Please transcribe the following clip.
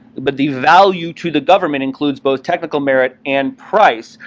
but the value to the government includes both technical merit and price.